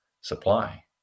supply